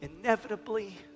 inevitably